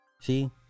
See